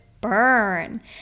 burn